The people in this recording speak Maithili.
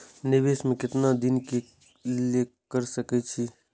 निवेश में केतना दिन के लिए कर सके छीय?